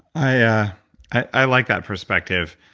i yeah i like that perspective,